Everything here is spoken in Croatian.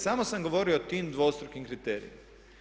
Samo sam govorio o tim dvostrukim kriterijima.